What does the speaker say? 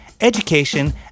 education